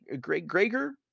Gregor